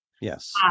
Yes